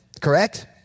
correct